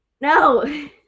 No